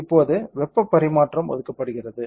இப்போது வெப்பப் பரிமாற்றம் ஒதுக்கப்படுகிறது